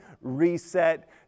reset